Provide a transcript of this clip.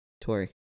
tory